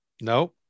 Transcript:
no